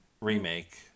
remake